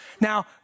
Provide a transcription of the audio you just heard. Now